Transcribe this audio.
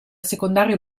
secondario